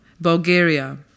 Bulgaria